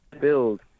build